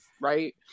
right